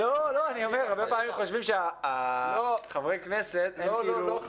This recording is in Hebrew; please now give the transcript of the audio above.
הרבה פעמים חושבים שחברי הכנסת הם כאילו ---.